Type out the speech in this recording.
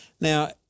Now